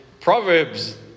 Proverbs